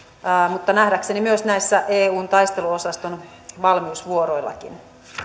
mutta nähdäkseni myös näillä eun taisteluosaston valmiusvuoroillakin